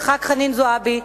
של ח"כ חנין זועבי,